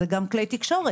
זה גם כלי תקשורת.